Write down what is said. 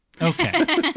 Okay